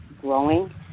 growing